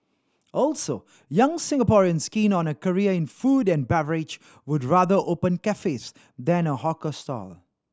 also young Singaporeans keen on a career in food and beverage would rather open cafes than a hawker stall